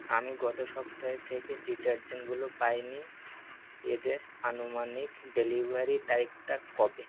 আমি গত সপ্তাহে থেকে ডিটারজেন্টগুলো পাই নি এদের আনুমানিক ডেলিভারি তারিখটা কবে